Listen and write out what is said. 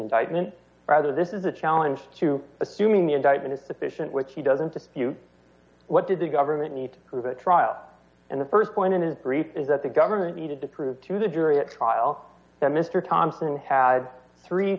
indictment rather this is a challenge to assuming the indictment is sufficient which he doesn't to you what did the government need to have a trial and the st point in his brief is that the government needed to prove to the jury at trial that mr thompson had three